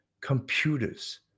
computers